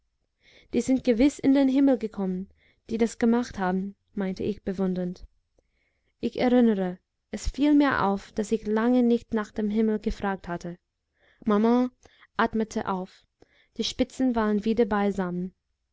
die sind gewiß in den himmel gekommen die das gemacht haben meinte ich bewundernd ich erinnere es fiel mir auf daß ich lange nicht nach dem himmel gefragt hatte maman atmete auf die spitzen waren wieder beisammen